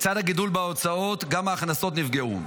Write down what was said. לצד הגידול בהוצאות, גם ההכנסות נפגעו.